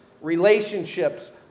relationships